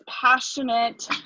passionate